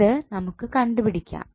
ഇത് നമുക്ക്കണ്ടുപിടിക്കാം